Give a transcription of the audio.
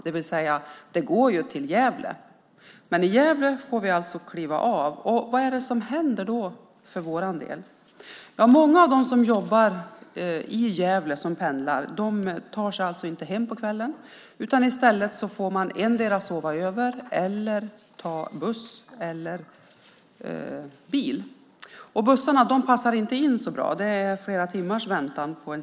Det går visserligen till Gävle, men där får vi kliva av. Vad händer då för vår del? Många som jobbar i Gävle och pendlar tar sig inte hem på kvällen. I stället får de sova över eller ta buss eller bil. Busstiderna passar inte så bra. Det är flera timmars väntan.